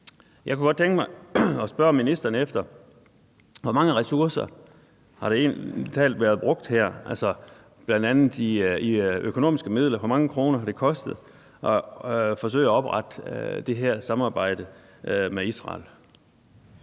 Jeg kunne godt tænke mig at spørge ministeren, hvor mange ressourcer, økonomiske midler, der egentlig har været brugt her. Hvor mange kroner har det kostet at forsøge at oprette det her samarbejde med Israel?